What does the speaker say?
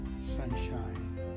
sunshine